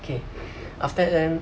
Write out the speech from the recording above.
okay after that ah